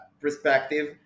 perspective